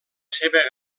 seva